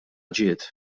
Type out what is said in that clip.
ġiet